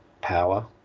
power